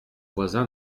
voisin